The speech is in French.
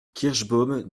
kirschbaum